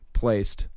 placed